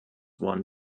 won